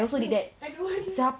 no I don't want